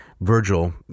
Virgil